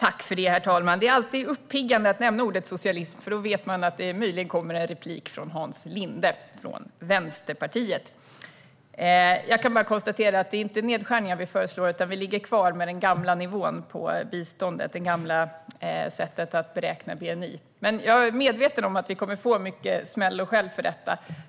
Herr talman! Det är alltid uppiggande att nämna ordet socialism, för då vet man att det kan komma en replik från Hans Linde från Vänsterpartiet. Det är inte nedskärningar som vi föreslår, utan vi ligger kvar på den gamla nivån vad gäller biståndet - det gamla sättet att beräkna bni. Jag är dock medveten om att vi kommer att få mycket smäll och skäll för detta.